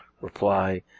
reply